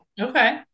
Okay